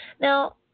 Now